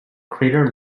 crater